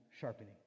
sharpening